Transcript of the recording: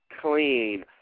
clean